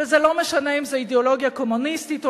וזה לא משנה אם זה אידיאולוגיה קומוניסטית או